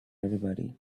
everybody